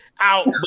out